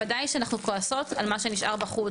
בוודאי שאנחנו כועסות על מה שנשאר בחוץ,